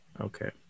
Okay